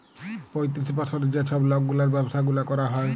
পঁয়তিরিশ বসরের যে ছব লকগুলার ব্যাবসা গুলা ক্যরা হ্যয়